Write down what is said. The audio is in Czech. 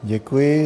Děkuji.